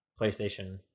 PlayStation